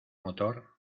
motor